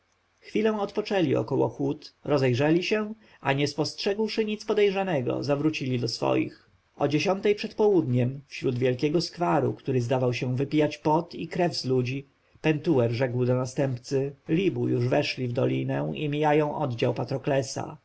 chwilę odpoczęli około hut rozejrzeli się a nie spostrzegłszy nic podejrzanego zawrócili do swoich o dziesiątej przed południem wśród wielkiego skwaru który zdawał się wypijać pot i krew z ludzi pentuer rzekł do następcy libu już weszli w dolinę i mijają oddział patroklesa